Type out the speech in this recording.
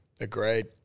Agreed